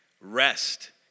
Rest